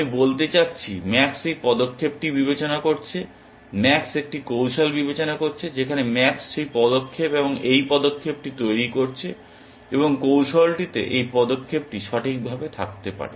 আমি বলতে চাচ্ছি ম্যাক্স এই পদক্ষেপটি বিবেচনা করছে ম্যাক্স একটি কৌশল বিবেচনা করছে যেখানে ম্যাক্স সেই পদক্ষেপ এবং এই পদক্ষেপটি তৈরি করছে এবং কৌশলটিতে এই পদক্ষেপটি সঠিকভাবে থাকতে পারে